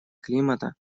климата